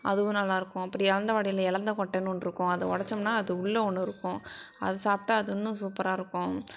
அதுவும் நல்லாயிருக்கும் அப்படி எலந்தவடையில் எலந்தங்கொட்டைன்னு ஒன்று இருக்கும் அது உடச்சோம்னா அது உள்ளே ஒன்று இருக்கும் அது சாப்பிட்டா அது இன்னும் சூப்பராக இருக்கும்